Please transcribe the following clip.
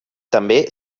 també